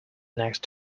next